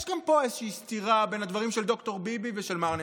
יש גם פה איזושהי סתירה בין הדברים של ד"ר ביבי ושל מר נתניהו.